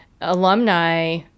alumni